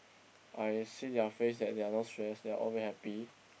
I see their face that they are not stress they're all very happy